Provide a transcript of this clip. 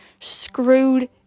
screwed